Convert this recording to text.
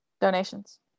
donations